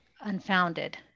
unfounded